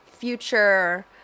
future